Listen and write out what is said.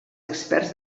experts